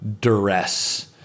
duress